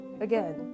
again